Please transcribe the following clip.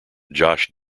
josh